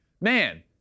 Man